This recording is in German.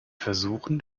versuchen